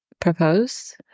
propose